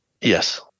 Yes